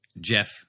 Jeff